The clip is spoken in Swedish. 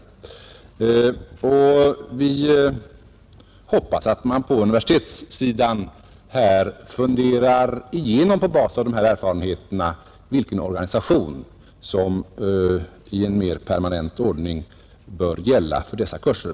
Vi hoppas att man på universitetssidan, på basis av dessa erfarenheter, funderar igenom vilken organisation som i en mer permanent ordning bör gälla för dessa kurser.